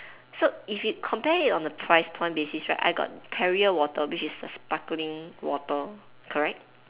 so if you compare it on a price point basis right I got perrier water which is a sparkling water correct